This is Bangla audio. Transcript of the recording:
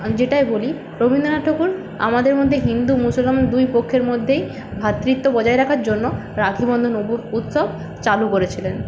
যেটাই বলি রবীন্দ্রনাথ ঠাকুর আমাদের মধ্যে হিন্দু মুসলমান দুই পক্ষের মধ্যেই ভ্রাতৃত্ব বজায় রাখার জন্য রাখি বন্ধন উৎসব চালু করেছিলেন